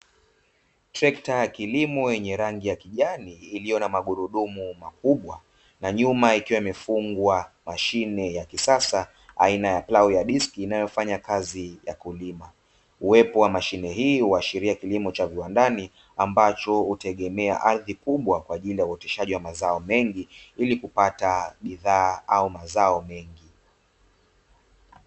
Trekta ya kilimo yenye rangi ya kijani, iliyo na magurudumu makubwa, na nyuma ikiwa imefungwa mashine ya kisasa aina ya plau ya diski inayofanya kazi ya kulima, uwepo wa mashine hii huashiria kilimo cha viwandani ambacho hutegemea ardhi kubwa kwa ajili ya uoteshaji wa mazao mengi ili kupata bidhaa au mazao mengi.